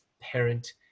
parent